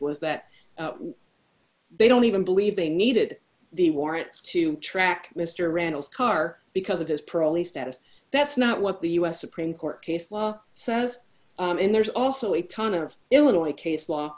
was that they don't even believe they needed the warrants to track mr randall's car because of his parole the status that's not what the u s supreme court case law says and there's also a ton of illinois case